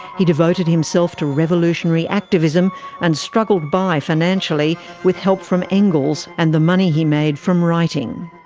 he devoted himself to revolutionary activism and struggled by financially with help from engels and the money he made from writing.